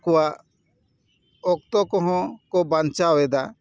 ᱟᱠᱚᱣᱟᱜ ᱚᱠᱛᱚ ᱠᱚᱦᱚᱸ ᱠᱚ ᱵᱟᱸᱧᱪᱟᱣ ᱮᱫᱟ